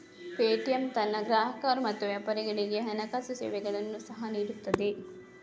Paytm ತನ್ನ ಗ್ರಾಹಕರು ಮತ್ತು ವ್ಯಾಪಾರಿಗಳಿಗೆ ಹಣಕಾಸು ಸೇವೆಗಳನ್ನು ಸಹ ನೀಡುತ್ತದೆ